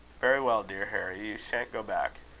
very well, dear harry shan't go back.